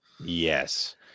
yes